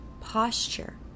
posture